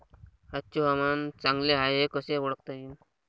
आजचे हवामान चांगले हाये हे कसे ओळखता येईन?